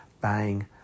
buying